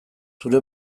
zeure